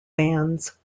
bands